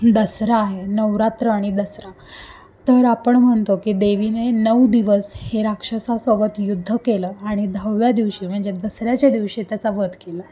दसरा आहे नवरात्र आणि दसरा तर आपण म्हणतो की देवीने नऊ दिवस हे राक्षसासोबत युद्ध केलं आणि दहाव्या दिवशी म्हणजे दसऱ्याच्या दिवशी त्याचा वध केला